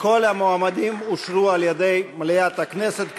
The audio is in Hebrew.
כל המועמדים אושרו על-ידי מליאת הכנסת כנדרש,